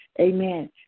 amen